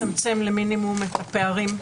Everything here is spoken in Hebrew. שמצמצם למינימום את הפערים,